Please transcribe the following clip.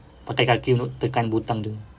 pakai kaki untuk tekan butang dia